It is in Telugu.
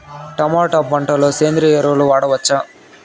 టమోటా పంట లో సేంద్రియ ఎరువులు వాడవచ్చా?